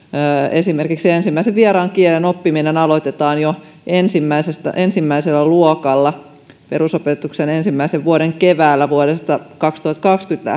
esimerkiksi ensimmäisen vieraan kielen oppiminen aloitetaan jo ensimmäisellä luokalla perusopetuksen ensimmäisen vuoden keväällä vuodesta kaksituhattakaksikymmentä